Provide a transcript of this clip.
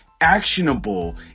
actionable